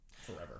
forever